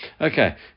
Okay